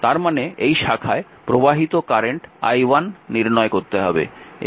তার মানে এই শাখায় প্রবাহিত কারেন্ট i1 নির্ণয় করতে হবে